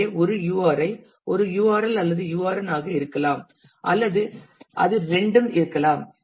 எனவே ஒரு URI ஒரு URL அல்லது URN ஆக இருக்கலாம் அல்லது அது இரண்டும் இருக்கலாம்